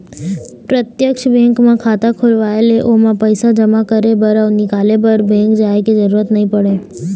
प्रत्यक्छ बेंक म खाता खोलवाए ले ओमा पइसा जमा करे बर अउ निकाले बर बेंक जाय के जरूरत नइ परय